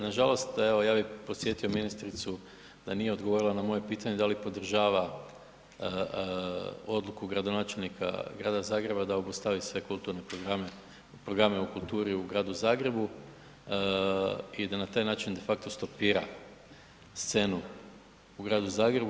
Nažalost, evo ja bi podsjetio ministricu da nije odgovorila na moje pitanje da li podržava odluku gradonačelnika Grada Zagreba da obustavi sve kulturne programe, programe u kulturi u Gradu Zagrebu i da na taj način defakto stopira scenu u Gradu Zagrebu?